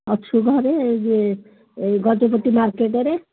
ଅଛୁ ଘରେ ଯେ ଏଇ ଗଜପତି ମାର୍କେଟ୍ରେ